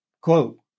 Quote